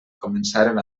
començaren